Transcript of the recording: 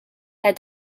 that